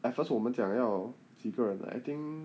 at first 我们讲要几个人 I think